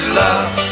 love